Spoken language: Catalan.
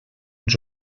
ens